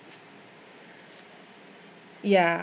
ya